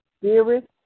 spirit